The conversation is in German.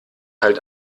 halt